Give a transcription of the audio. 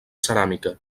ceràmica